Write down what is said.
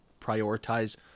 prioritize